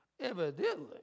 Evidently